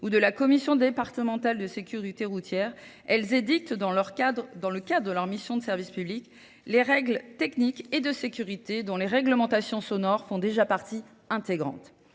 ou de la Commission départementale de sécurité routière, elles édictent dans le cadre de leur mission de service public les règles techniques et de sécurité dont les réglementations sonores font déjà partie intégrante.